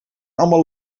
allemaal